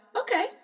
okay